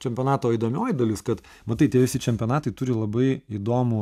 čempionatą o įdomioji dalis kad matai tie visi čempionatai turi labai įdomų